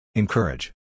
encourage